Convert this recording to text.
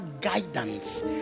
guidance